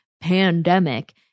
pandemic